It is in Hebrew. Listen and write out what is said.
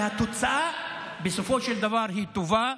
והתוצאה בסופו של דבר היא טובה.